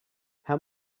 how